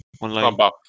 Online